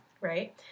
right